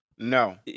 No